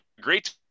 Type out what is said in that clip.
great